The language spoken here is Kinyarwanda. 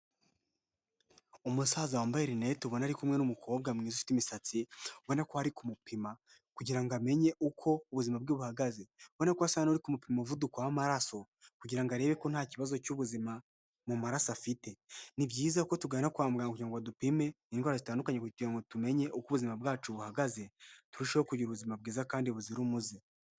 Umusaza wambaye rinete ubona ko ari kumwe n'umukobwa mwiza ufite imisatsi, ubona ko ari kumupima kugira ngo amenye uko ubuzima bwe buhagaze. Urabona ko asa n'uri kumupima umuvuduko w'amaraso kugira ngo arebe ko nta kibazo cy'ubuzima mu maraso afite. Ni byiza ko tugana kwa muganga kugira ngo badupime indwara zitandukanye kugira ngo tumenye uko ubuzima bwacu buhagaze, turushaho kugira ubuzima bwiza kandi buzira umuze.